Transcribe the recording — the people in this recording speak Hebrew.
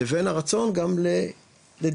לבין הרצון גם לדירות,